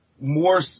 more